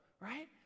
right